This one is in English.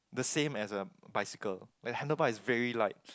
the same as a bicycle the handlebar is very light